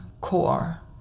core